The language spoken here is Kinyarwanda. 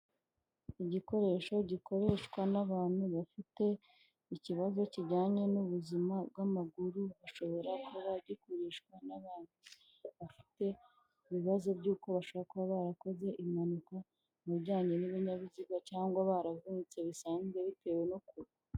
Igikoresho gikoreshwa n'abantu bafite ikibazo kijyanye n'ubuzima bw'amaguru bashobora kuba gikoreshwa n'abantu bafite ibibazo by'uko bashobora kuba barakoze impanuka mu bijyanye n'ibinyabiziga cyangwa baravutse bisanzwe bitewe no kuba.